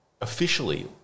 officially